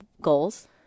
Goals